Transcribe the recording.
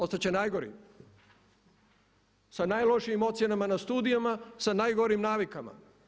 Ostati će najgori sa najlošijim ocjenama na studijama, sa najgorim navikama.